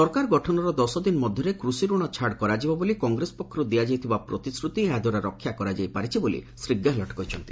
ସରକାର ଗଠନର ଦଶଦିନ ମଧ୍ୟରେ କୃଷିରଣ ଛାଡ଼ କରାଯିବ ବୋଲି କଂଗ୍ରେସ ପକ୍ଷରୁ ଦିଆଯାଇଥିବା ପ୍ରତିଶ୍ରତି ଏହା ଦ୍ୱାରା ରକ୍ଷା କରାଯାଇପାରିଛି ବୋଲି ଶ୍ରୀ ଗେହଲଟ କହିଚ୍ଛନ୍ତି